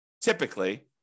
typically